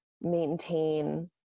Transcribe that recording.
maintain